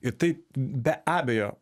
ir tai be abejo